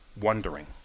wondering